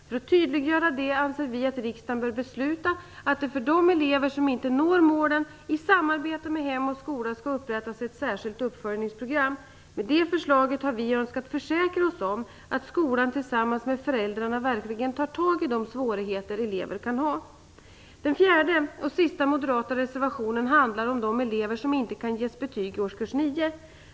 För att tydliggöra detta anser vi att riksdagen bör besluta att det för de elever som inte når målen i samarbete mellan hem och skola skall upprättas ett särskilt uppföljningsprogram. Med det förslaget har vi önskat försäkra oss om att skolan tillsammans med föräldrarna verkligen tar tag i de svårigheter elever kan ha. Den fjärde och sista moderata reservationen handlar om de elever som inte kan ges betyg i årskurs 9.